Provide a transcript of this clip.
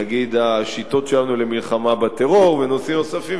נגיד השיטות שלנו למלחמה בטרור ונושאים נוספים,